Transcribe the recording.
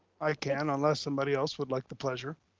i can unless somebody else would like the pleasure.